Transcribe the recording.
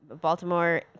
Baltimore